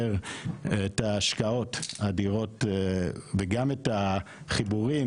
את ההשקעות האדירות וגם את החיבורים,